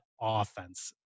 offense